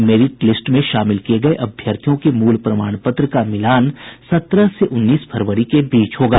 merit list में शामिल किये गये अभ्यर्थियों के मूल प्रमाण पत्र का मिलान सत्रह से उन्नीस फरवरी के बीच होगा